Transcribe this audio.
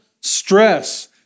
stress